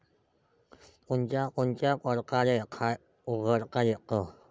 कोनच्या कोनच्या परकारं खात उघडता येते?